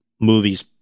movies